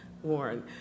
Warren